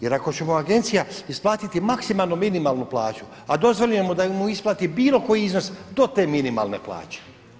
Jer ako će mu agencija isplatiti maksimalno minimalnu plaću, a dozvoljeno mu je da isplati bilo koji iznos do te minimalne plaće.